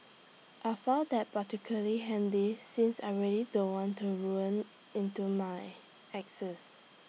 I found that particularly handy since I really don't want to ruin into my exes